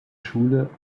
schule